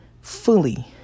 fully